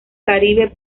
caribe